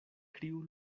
kriu